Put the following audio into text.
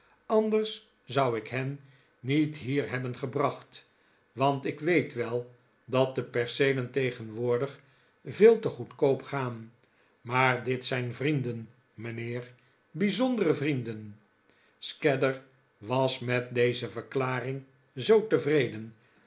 anders zou ik hen niet hier hebben gebracht want ik weet wel dat de perceelen tegenwoordig veel te goedkoop gaan maar dit zijn vrienden mijnheer bijzondere vrienden scadder was met deze verklaring zoo tevreden